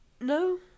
no